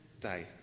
day